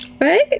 Right